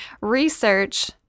Research